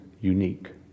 unique